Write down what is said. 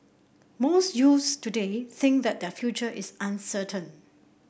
most youths today think that their future is uncertain